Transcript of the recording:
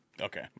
okay